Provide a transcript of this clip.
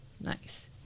Nice